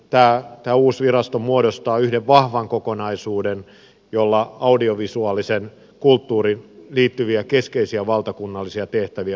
tämä uusi virasto muodostaa yhden vahvan kokonaisuuden jolla audiovisuaaliseen kulttuuriin liittyviä keskeisiä valtakunnallisia tehtäviä hoidetaan